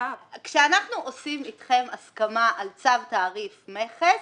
כאשר אנחנו עושים אתכם הסכמה על צו תעריף מכס,